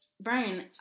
Brian